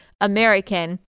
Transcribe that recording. American